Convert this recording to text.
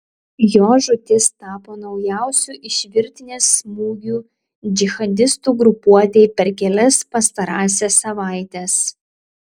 jo žūtis tapo naujausiu iš virtinės smūgių džihadistų grupuotei per kelias pastarąsias savaites